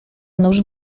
nuż